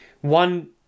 one